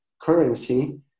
currency